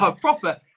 Proper